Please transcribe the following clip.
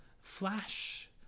flash